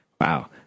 Wow